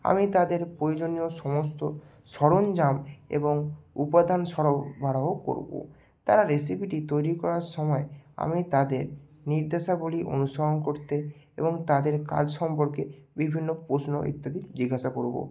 আমি তাদের প্রয়জনীয় সমস্ত সরঞ্জাম এবং উপাদান সরবরাহ করবো তারা রেসিপিটি তৈরি করার সময় আমি তাদের নির্দেশাবলি অনুসরণ করতে এবং তাদের কাজ সম্পর্কে বিভিন্ন প্রশ্ন ইত্যাদি জিজ্ঞাসা করবো